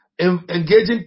engaging